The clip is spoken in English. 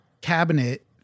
cabinet